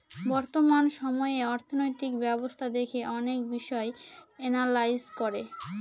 বর্তমান সময়ে অর্থনৈতিক ব্যবস্থা দেখে অনেক বিষয় এনালাইজ করে